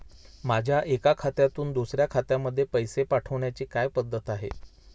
माझ्या एका खात्यातून दुसऱ्या खात्यामध्ये पैसे पाठवण्याची काय पद्धत आहे?